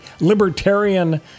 libertarian